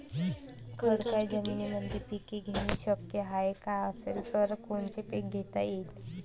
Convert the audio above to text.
खडकाळ जमीनीमंदी पिके घेणे शक्य हाये का? असेल तर कोनचे पीक घेता येईन?